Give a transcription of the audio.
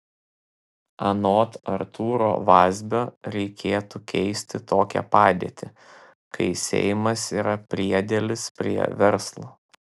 anot artūro vazbio reikėtų keisti tokią padėtį kai seimas yra priedėlis prie verslo